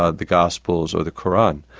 ah the gospels or the koran.